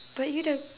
but you don't